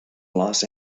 los